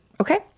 Okay